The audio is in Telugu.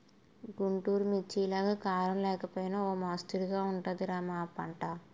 గుంటూరు మిర్చిలాగా కారం లేకపోయినా ఓ మొస్తరుగా ఉంటది రా మా పంట